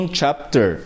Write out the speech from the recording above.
chapter